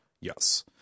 Yes